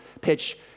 pitch